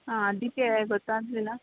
ಹಾಂ ಅದಕ್ಕೆ ಗೊತ್ತಾಗ್ಲಿಲ್ಲ